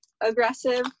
aggressive